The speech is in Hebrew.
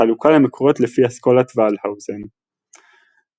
החלוקה למקורות לפי אסכולת ולהאוזן תלמידיו,